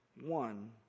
one